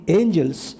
angels